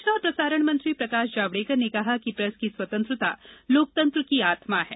सूचना और प्रसारण मंत्री प्रकाश जावडेकर ने कहा है कि प्रेस की स्वतंत्रता लोकतंत्र की आत्मा है